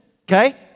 Okay